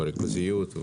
בריכוזיות,